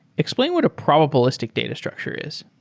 explain what a probabilistic data structure is